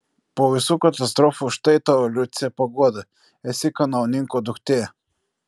po visų katastrofų štai tau liuce paguoda esi kanauninko duktė